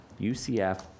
UCF